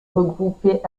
regroupée